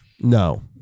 No